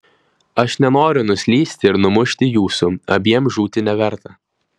aš nenoriu nuslysti ir numušti jūsų abiem žūti neverta